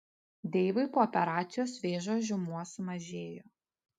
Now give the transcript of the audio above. deivui po operacijos vėžio žymuo sumažėjo